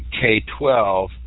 K-12